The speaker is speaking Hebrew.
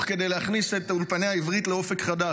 כדי להכניס את אולפני העברית לאופק חדש.